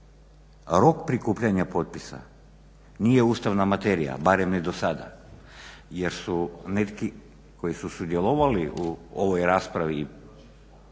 rok prikupljanja potpisa nije ustavna materija. Barem ne do sada, jer su neki koji su sudjelovali u ovoj raspravi